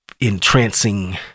entrancing